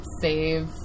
save